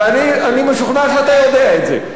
ואני משוכנע שאתה יודע את זה.